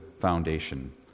foundation